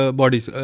bodies